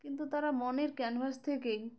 কিন্তু তারা মনের ক্যানভাস থেকেই